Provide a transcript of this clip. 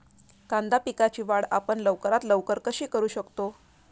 कांदा पिकाची वाढ आपण लवकरात लवकर कशी करू शकतो?